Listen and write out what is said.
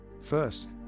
First